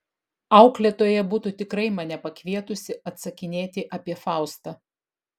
auklėtoja būtų tikrai mane pakvietusi atsakinėti apie faustą